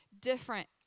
different